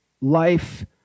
life